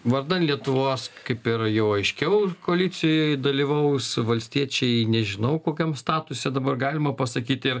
vardan lietuvos kaip ir jau aiškiau koalicijoj dalyvaus valstiečiai nežinau kokiam statuse dabar galima pasakyt ir